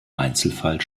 einzelfall